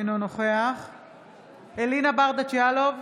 אינו נוכח אלינה ברדץ' יאלוב,